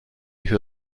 who